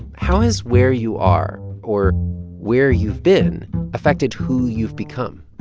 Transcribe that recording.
how is where you are or where you've been affected who you've become?